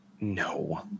No